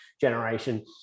generation